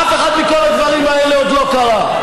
אף אחד מכל הדברים האלה עוד לא קרה,